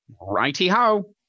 Righty-ho